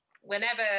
Whenever